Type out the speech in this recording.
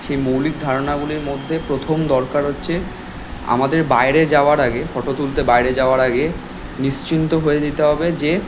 সেই মৌলিক ধারণাগুলির মধ্যে প্রথম দরকার হচ্ছে আমাদের বাইরে যাওয়ার আগে ফটো তুলতে বাইরে যাওয়ার আগে নিশ্চিন্ত হয়ে যেতে হবে যে